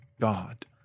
God